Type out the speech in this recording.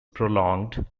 prolonged